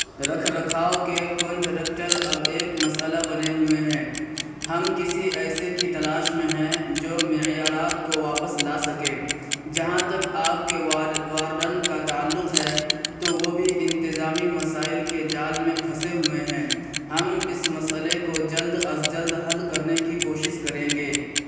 رکھ رکھاؤ کے کنٹریکٹر اب ایک مسئلہ بنے ہوئے ہیں ہم کسی ایسے کی تلاش میں ہیں جو معیارات کو واپس لا سکے جہاں تک آپ کے وارڈن کا تعلق ہے تو وہ بھی انتظامی مسائل کے جال میں پھنسے ہوئے ہیں ہم اس مسئلے کو جلد از جلد حل کرنے کی کوشش کریں گے